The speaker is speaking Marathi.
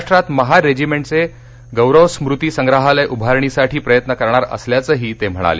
महाराष्ट्रात महार रेजिमेंटचे गौरव स्मृती संग्रहालय उभारणीसाठी प्रयत्न करणार असल्याचंही ते म्हणाले